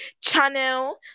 channel